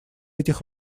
этих